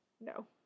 No